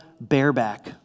bareback